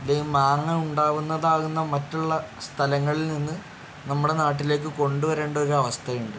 അല്ലെങ്കിൽ മാങ്ങ ഉണ്ടാകുന്നത് ആകുന്ന മറ്റുള്ള സ്ഥലങ്ങളിൽ നിന്ന് നമ്മുടെ നാട്ടിലേക്ക് കൊണ്ടുവരേണ്ട ഒരു അവസ്ഥ ഉണ്ട്